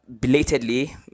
belatedly